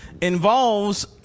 involves